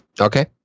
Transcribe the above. Okay